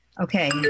Okay